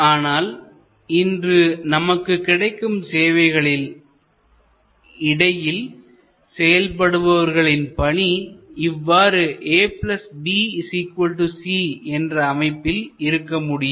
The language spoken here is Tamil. ஆனால் இன்று நமக்கு கிடைக்கும் சேவைகளில் இடையில் செயல்படுபவர்களின் பணி இவ்வாறு abc என்ற அமைப்பில் இருக்க முடியாது